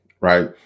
right